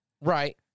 Right